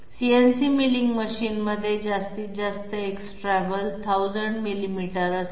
CNC milling मशीनमध्ये जास्तीत जास्त X travel 1000 मिलीमीटर असेल